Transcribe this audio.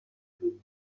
two